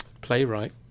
Playwright